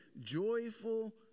joyful